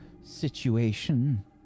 situation